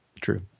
True